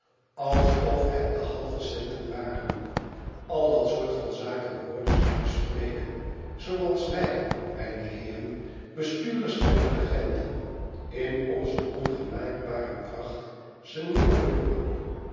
alsof het de halve centen waren al dat soort van zaken hoorde zij bespreken zooals wij mijne heeren bestuurders en regenten in onze ongenaakbare pracht ze nimmer hooren